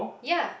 ya